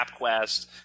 MapQuest